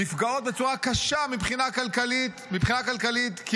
נפגעות בצורה קשה מבחינה כלכלית כי